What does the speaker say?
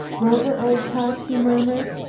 rover, old top, he murmured,